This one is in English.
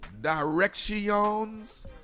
directions